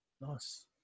Nice